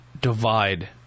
divide